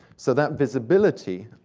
so that visibility